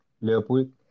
Leopold